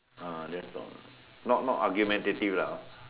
ah that's all not not argumentative lah hor